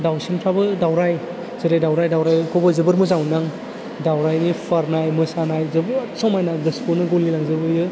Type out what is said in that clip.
दाउसेनफ्राबो दाउराय जेरै दाउराय दाउरायखौबो जोबोर मोजां मोनो आं दाउरायनि फुवारनाय मोसानाय जोबोद समायना गोसोखौनो गलि लांजोब होयो